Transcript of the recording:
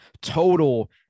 Total